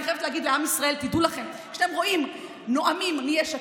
אני חייבת להגיד לעם ישראל: תדעו לכם שכשאתם רואים נואמים מיש עתיד,